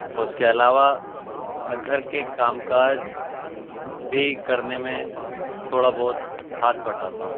اس کے علاوہ میں گھر کے کام کاج بھی کرنے میں تھوڑا بہت ہاتھ بٹاتا ہوں